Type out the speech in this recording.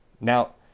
Now